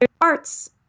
arts